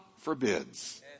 forbids